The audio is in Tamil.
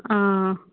ஆ